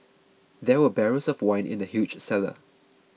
there were barrels of wine in the huge cellar